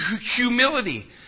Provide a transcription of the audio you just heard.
humility